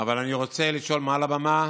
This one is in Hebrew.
אבל אני רוצה לשאול מעל הבמה